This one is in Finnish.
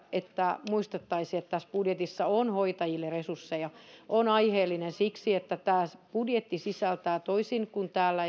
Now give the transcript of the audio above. että muistettaisiin että tässä budjetissa on hoitajille resursseja on aiheellinen siksi että tämä budjetti sisältää niitä toisin kuin täällä